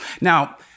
Now